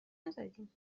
نزدیم